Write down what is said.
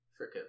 freaking